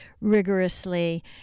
rigorously